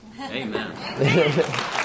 Amen